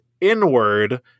inward